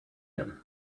him